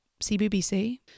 CBBC